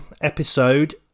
episode